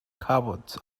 cowards